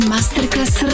Masterclass